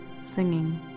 singing